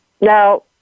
Now